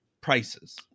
prices